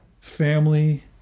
family